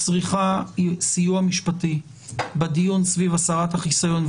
צריכה סיוע משפטי בדיון סביב הסרת החיסיון,